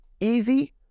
easy